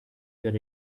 you